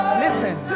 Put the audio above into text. listen